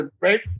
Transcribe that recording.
Right